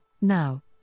Now